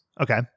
Okay